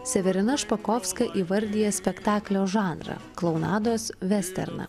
severina špakovska įvardija spektaklio žanrą klounados vesterną